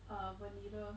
uh vanilla